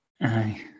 aye